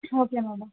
okay madam